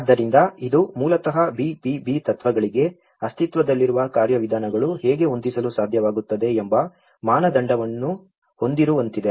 ಆದ್ದರಿಂದ ಇದು ಮೂಲತಃ BBB ತತ್ವಗಳಿಗೆ ಅಸ್ತಿತ್ವದಲ್ಲಿರುವ ಕಾರ್ಯವಿಧಾನಗಳು ಹೇಗೆ ಹೊಂದಿಸಲು ಸಾಧ್ಯವಾಗುತ್ತದೆ ಎಂಬ ಮಾನದಂಡವನ್ನು ಹೊಂದಿರುವಂತಿದೆ